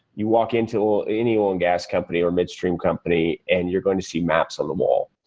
you walk into any oil and gas company or midstream company and you're going to see maps on the wall,